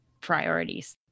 priorities